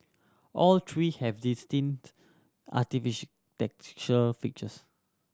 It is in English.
all three have distinct features